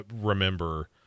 remember